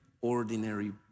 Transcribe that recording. ordinary